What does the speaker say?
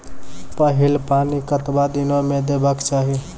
पहिल पानि कतबा दिनो म देबाक चाही?